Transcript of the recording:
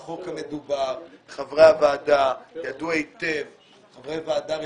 בחוק המדובר חברי הוועדה - חברי ועדה רציניים,